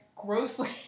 grossly